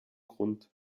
grund